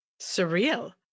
surreal